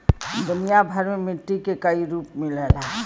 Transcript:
दुनिया भर में मट्टी के कई रूप मिलला